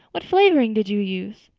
what flavoring did you use?